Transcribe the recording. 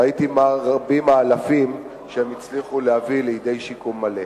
ראיתי מה רבים האלפים שהם הצליחו להביא לידי שיקום מלא.